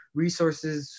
resources